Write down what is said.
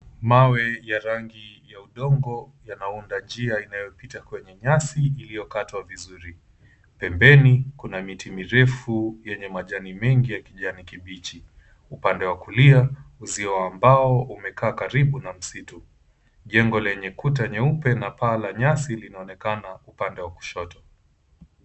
Mawe ya rangi ya udongo yanaunda njia inayopita kwenye nyasi iliyokatwa vizuri. Pembeni kuna miti mirefu yenye majani mengi ya kijani kibichi. Upande wa kulia uzio wa mbao umekaa karibu na msitu. Jengo lenye ukuta mweupe na paa la nyasi linaonekana upande wa kushoto.